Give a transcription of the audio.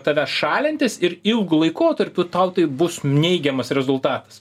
tavęs šalintis ir ilgu laikotarpiu tau tai bus neigiamas rezultatas